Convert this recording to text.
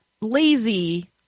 lazy